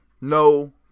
No